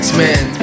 X-Men